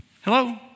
Hello